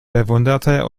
bewunderte